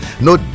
no